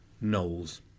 Knowles